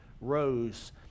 rose